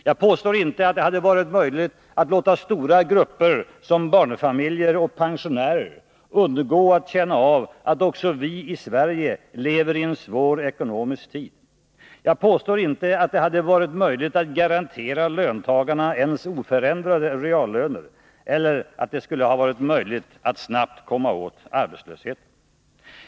Jag påstår inte att det hade varit möjligt att låta stora grupper som barnfamiljer och pensionärer undgå att känna av att också vi i Sverige lever i en svår ekonomisk tid. Jag påstår inte att det hade varit möjligt att garantera löntagarna ens oförändrade reallöner eller att det skulle ha varit möjligt att snabbt komma åt arbetslösheten.